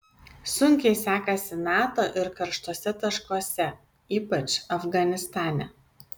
sunkiai sekasi nato ir karštuose taškuose ypač afganistane